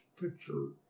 picture